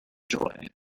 joy